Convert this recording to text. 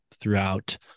throughout